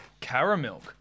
Caramilk